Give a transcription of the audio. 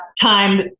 time